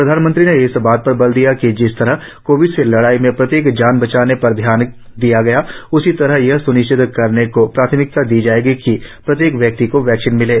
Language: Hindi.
प्रधानमंत्री ने इस बात पर बल दिया कि जिस तरह कोविड से लड़ाई में प्रत्येक जान बचाने पर ध्यान दिया गया उसी तरह यह स्निश्चित करने को प्राथमिकता दी जाएगी कि प्रत्येक व्यक्ति को वैक्सीन मिले